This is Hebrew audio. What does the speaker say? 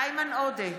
איימן עודה,